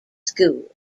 school